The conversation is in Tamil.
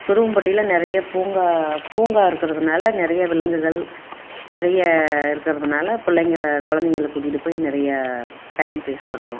குருவம்பட்டியில் நிறைய பூங்கா பூங்கா இருக்கிறதுனால நிறைய விலங்குகள் நிறைய இருக்கிறதுனால பிள்ளைங்கள குழந்தைங்கள கூட்டிட்டுப் போய் நிறைய டைம் ஃபேஸ் பண்ணுவோம்